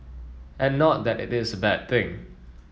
and not that it is a bad thing